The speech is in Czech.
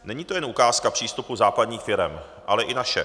Není to jen ukázka přístupu západních firem, ale i naše.